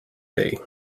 day